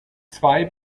zwei